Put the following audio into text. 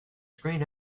screen